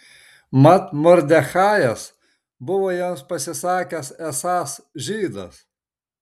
mat mordechajas buvo jiems pasisakęs esąs žydas